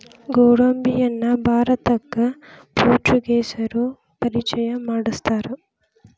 ಗೋಡಂಬಿಯನ್ನಾ ಭಾರತಕ್ಕ ಪೋರ್ಚುಗೇಸರು ಪರಿಚಯ ಮಾಡ್ಸತಾರ